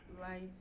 Life